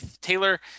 Taylor